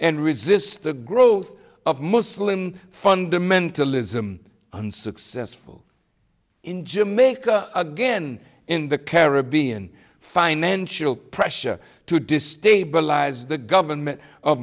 and resist the growth of muslim fundamentalism unsuccessful in jamaica again in the caribbean financial pressure to destabilize the government of